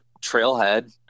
trailhead